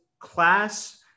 Class